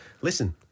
Listen